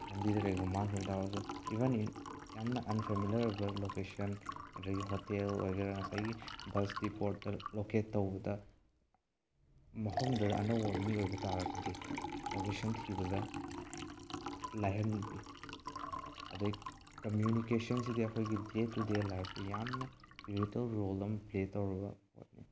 ꯂꯝꯕꯤꯗꯣ ꯀꯩꯒꯨꯝꯕ ꯃꯥꯡꯈꯤꯕ ꯇꯥꯔꯒꯁꯨ ꯏꯚꯟ ꯏꯟ ꯌꯥꯝꯅ ꯑꯟꯐꯦꯃꯤꯂꯔ ꯑꯣꯏꯕ ꯂꯣꯀꯦꯁꯟ ꯑꯗꯒꯤ ꯍꯣꯇꯦꯜ ꯑꯣꯏꯒꯦꯔꯥ ꯉꯁꯥꯏꯒꯤ ꯕꯁ ꯗꯤꯄꯣꯠꯇ ꯂꯣꯀꯦꯠ ꯇꯧꯕꯗ ꯃꯐꯝꯗꯨꯗ ꯑꯅꯧꯕ ꯃꯤ ꯑꯣꯏꯕ ꯇꯥꯔꯒꯗꯤ ꯂꯣꯀꯦꯁꯟ ꯊꯤꯕꯗ ꯂꯥꯏꯍꯜꯂꯤ ꯑꯗꯩ ꯀꯃ꯭ꯌꯨꯅꯤꯀꯦꯁꯟꯁꯤꯗꯤ ꯑꯩꯈꯣꯏꯒꯤ ꯗꯦ ꯇꯨꯗꯦ ꯂꯥꯏꯞꯇ ꯌꯥꯝꯅ ꯔꯤꯚꯤꯇꯦꯜ ꯔꯣꯜ ꯑꯃ ꯄ꯭ꯂꯦ ꯇꯧꯔꯒ